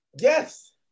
Yes